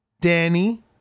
danny